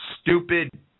stupid